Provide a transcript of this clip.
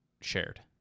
shared